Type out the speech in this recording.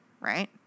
right